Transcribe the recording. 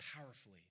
powerfully